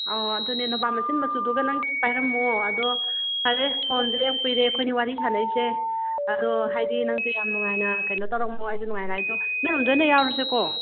ꯑꯥꯎ ꯑꯗꯨꯅꯦ ꯅꯣꯕꯥꯞ ꯃꯁꯤꯟ ꯃꯆꯨꯗꯨꯒ ꯅꯪ ꯄꯥꯏꯔꯝꯃꯣ ꯑꯗꯣ ꯌꯥꯔꯦ ꯐꯣꯟꯁꯦ ꯀꯨꯏꯔꯦ ꯑꯩꯈꯣꯏꯅꯤ ꯋꯥꯔꯤ ꯁꯥꯟꯅꯩꯁꯦ ꯑꯗꯣ ꯍꯥꯏꯗꯤ ꯅꯪꯁꯨ ꯌꯥꯝ ꯅꯨꯡꯉꯥꯏꯅ ꯀꯩꯅꯣ ꯇꯧꯔꯝꯃꯣ ꯑꯩꯁꯨ ꯅꯨꯡꯉꯥꯏꯅ ꯑꯩꯁꯨ ꯅꯣꯏꯔꯣꯝꯗ ꯑꯣꯏꯅ ꯌꯥꯎꯔꯁꯤꯀꯣ